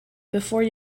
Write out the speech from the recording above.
before